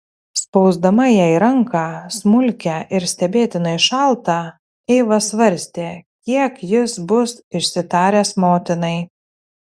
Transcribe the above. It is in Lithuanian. spausdama jai ranką smulkią ir stebėtinai šaltą eiva svarstė kiek jis bus išsitaręs motinai